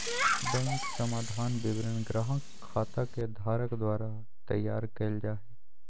bank समाधान विवरण ग्राहक खाता के धारक द्वारा तैयार कइल जा हइ